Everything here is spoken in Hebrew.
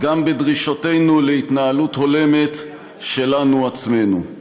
בדרישותינו להתנהלות הולמת שלנו עצמנו.